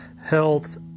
health